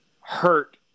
hurt